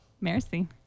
Marcy